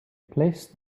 placed